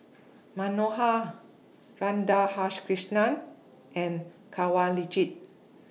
Manohar Radhakrishnan and Kanwaljit